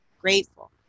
grateful